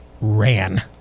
Ran